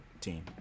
team